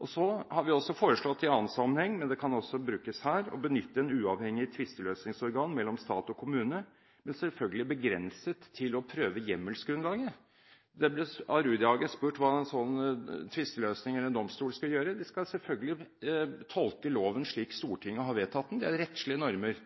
Vi har også foreslått i annen sammenheng – men det kan også brukes her – å benytte et uavhengig tvisteløsningsorgan mellom stat og kommune, men selvfølgelig begrenset til å prøve hjemmelsgrunnlaget. Det ble av Rudihagen spurt hva en slik tvisteløsning eller en domstol skal gjøre. De skal selvfølgelig tolke loven slik Stortinget har vedtatt den, det er rettslige normer.